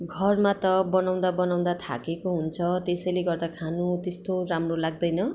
घरमा त बनाउँदा बनाउँदा थाकेको हुन्छ त्यसैले गर्दा खानु त्यस्तो राम्रो लाग्दैन